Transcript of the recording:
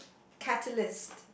catalyst